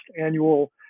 annual